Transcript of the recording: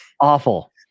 Awful